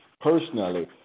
personally